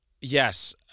Yes